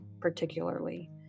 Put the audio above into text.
particularly